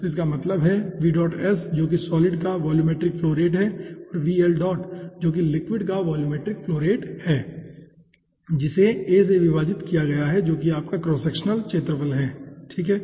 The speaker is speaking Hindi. तो इसका मतलब है कि जो कि सॉलिड का वोलूमेट्रिक फ्लो रेट है और जो लिक्विड का वॉल्यूमेट्रिक फ्लो रेट है जिसे A से विभाजित किया गया है जो कि आपका क्रॉस सेक्शनल क्षेत्रफल है ठीक है